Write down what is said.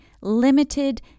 limited